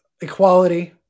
equality